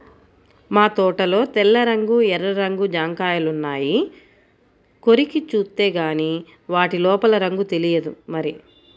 మా తోటలో తెల్ల రంగు, ఎర్ర రంగు జాంకాయలున్నాయి, కొరికి జూత్తేగానీ వాటి లోపల రంగు తెలియదు మరి